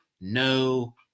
no